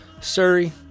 Surrey